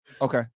Okay